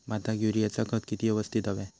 भाताक युरियाचा खत किती यवस्तित हव्या?